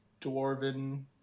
dwarven